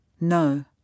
no